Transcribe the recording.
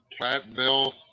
Platteville